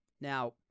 Now